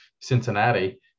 Cincinnati